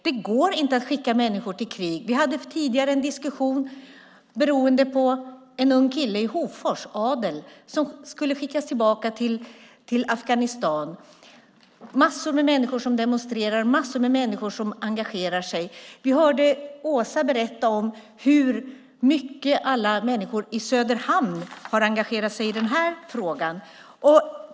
Det går inte att skicka människor till krig. Vi hörde Åsa berätta om hur mycket alla människor i Söderhamn engagerat sig i frågan.